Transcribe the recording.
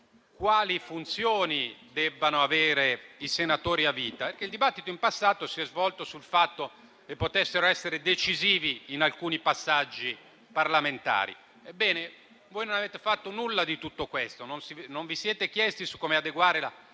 sulle funzioni che i senatori a vita devono avere. Il dibattito in passato si è svolto sul fatto che potessero essere decisivi in alcuni passaggi parlamentari. Ebbene, voi non avete fatto nulla di tutto questo. Non vi siete chiesti come adeguare la